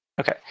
Okay